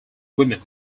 women